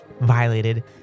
Violated